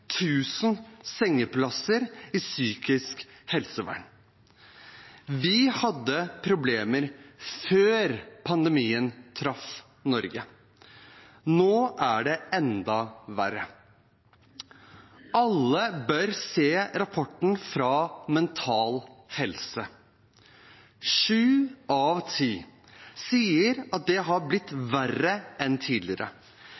sengeplasser i psykisk helsevern. Vi hadde problemer før pandemien traff Norge, nå er det enda verre. Alle bør se rapporten fra Mental Helse. Sju av ti sier at det har